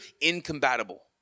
incompatible